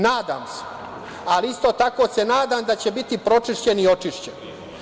Nadam se, ali isto tako se nadam da će biti pročišćeni i očišćeni.